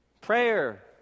prayer